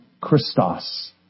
Christos